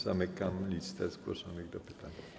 Zamykam listę zgłoszonych do pytań.